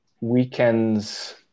weekends